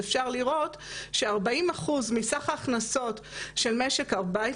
אפשר לראות שמעל 40% מסך ההכנסות של משק הבית,